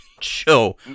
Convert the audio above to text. show